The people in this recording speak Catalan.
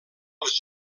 els